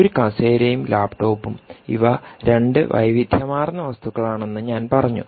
ഒരു കസേരയും ലാപ്ടോപ്പും ഇവ 2 വൈവിധ്യമാർന്ന വസ്തുക്കളാണെന്ന് ഞാൻ പറഞ്ഞു